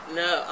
no